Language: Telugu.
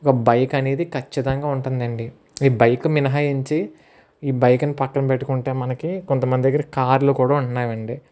ఒక బైక్ అనేది ఖచ్చితంగా ఉంటుందండి ఈ బైక్ మినహాయించి ఈ బైక్ ని పక్కన పెట్టుకుంటే మనకి కొంతమంది దగ్గర కార్లు కూడా ఉన్నాయండి